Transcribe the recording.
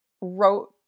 wrote